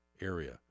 area